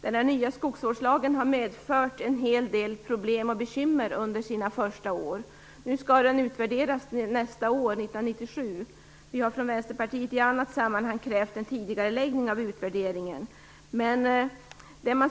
Den nya skogsvårdslagen har medfört en hel del problem och bekymmer under sina första år. Nu skall den utvärderas nästa år, 1997. Vänsterpartiet har i andra sammanhang krävt en tidigareläggning av utvärderingen.